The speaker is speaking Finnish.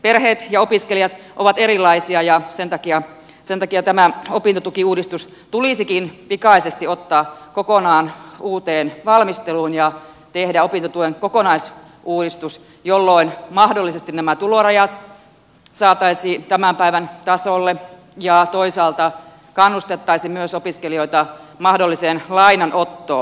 perheet ja opiskelijat ovat erilaisia ja sen takia tämä opintotukiuudistus tulisikin pikaisesti ottaa kokonaan uuteen valmisteluun ja tehdä opintotuen kokonaisuudistus jolloin mahdollisesti nämä tulorajat saataisiin tämän päivän tasolle ja toisaalta kannustettaisiin myös opiskelijoita mahdolliseen lainanottoon